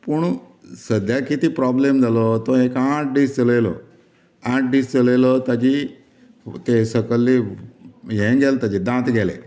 पूण सद्यांक कितें प्रॉब्लेम जालो तो एका आठ दीस चलयलो आठ दिस चलयलो ताची तें सकयलें हें गेलें तेचे दांत गेलें